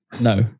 No